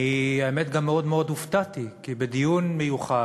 אני, האמת, גם מאוד מאוד הופתעתי, כי בדיון מיוחד